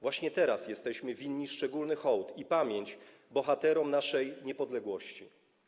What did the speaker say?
Właśnie teraz jesteśmy winni szczególny hołd i pamięć bohaterom naszej niepodległości.